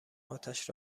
اتش